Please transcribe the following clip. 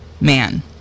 man